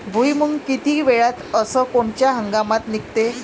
भुईमुंग किती वेळात अस कोनच्या हंगामात निगते?